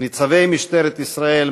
ניצבי משטרת ישראל,